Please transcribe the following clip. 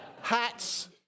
Hats